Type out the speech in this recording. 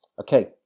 Okay